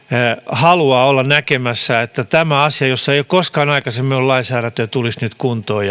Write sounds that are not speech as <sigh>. haluaa olla näkemässä että tämä asia jossa ei ole koskaan aikaisemmin ollut lainsäädäntöä tulisi nyt kuntoon <unintelligible>